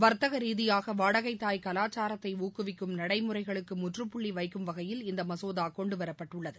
வர்த்தக ரீதியாக வாடகை தாய் கலாச்சாரத்தை ஊக்குவிக்கும் நடைமுறைகளுக்கு முற்றுப் புள்ளி வைக்கும் வகையில் இந்த மசோதா கொண்டுவரப்பட்டுள்ளது